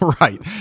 right